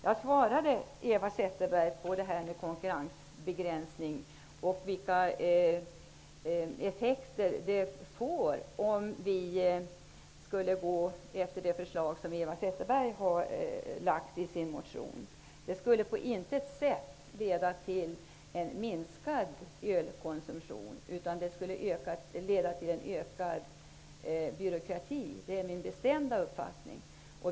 Jag svarade Eva Zetterberg på frågan om konkurrensbegränsning och dess effekter, om man skulle följa det förslag som Eva Zetterberg lagt fram i sin motion. En konkurrensbegränsning skulle på intet sätt leda till en minskad ölkonsumtion utan till en ökad byråkrati. Det är min bestämda uppfatting.